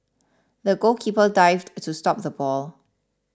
the goalkeeper dived to stop the ball